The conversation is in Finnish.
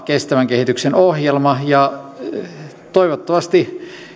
kestävän kehityksen ohjelma ja toivottavasti